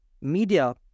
media